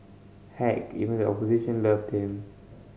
heck even the opposition loved him